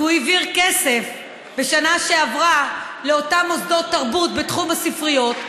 כי הוא העביר כסף בשנה שעברה לאותם מוסדות תרבות בתחום הספריות,